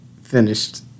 finished